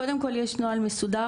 קודם כל יש נוהל מסודר,